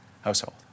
household